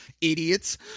idiots